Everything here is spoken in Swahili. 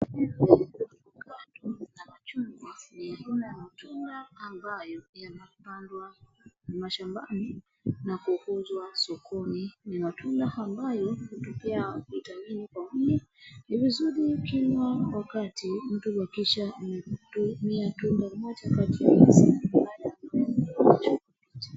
Tunda la machungwa, ni tunda ambayo yanapandwa mashambani na kuuzwa sokoni. Ni matunda ambayo hutupatia vitamini kwa mwili. Ni vizuri kila wakati mtu akisha kutumia tunda moja kati ya hizi baada ya kula chakula cha.